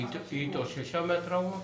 היא התאוששה מהטראומה?